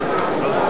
נתקבלה.